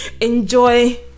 enjoy